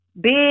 big